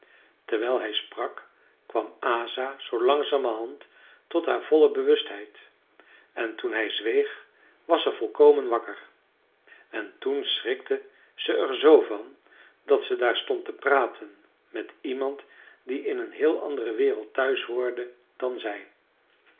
terwijl hij sprak kwam asa zoo langzamerhand tot haar volle bewustheid en toen hij zweeg was ze volkomen wakker en toen schrikte ze er z van dat ze daar stond te praten met iemand die in een heel andere wereld thuishoorde dan zij